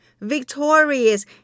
victorious